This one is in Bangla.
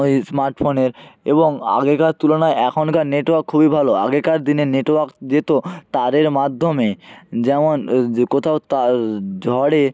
ওই স্মার্ট ফোনের এবং আগেকার তুলনায় এখনকার নেটওয়ার্ক খুবই ভালো আগেকার দিনের নেটওয়ার্ক যেত তারের মাধ্যমে যেমন কোথাও তা ঝড়ে